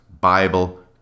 Bible